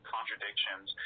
contradictions